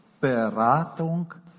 Beratung